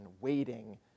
waiting